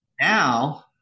Now